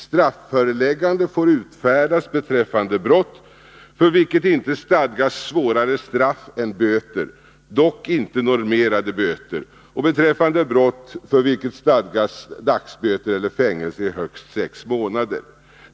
Strafföreläggande får utfärdas beträffande brott för vilket ej är stadgat svårare straff än böter, dock ej normerade böter, och beträffande brott för vilket stadgas dagsböter eller fängelse i högst sex månader.